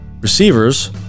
receivers